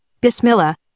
Bismillah